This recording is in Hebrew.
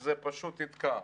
זה פשוט יתקע.